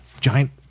giant